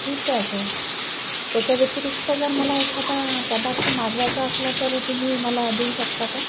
ठीक आहे सर त्याच्या व्यतिरिक्त जर मला एखादा पदार्थ मागवायचा असला तर तुम्ही मला देऊ शकता का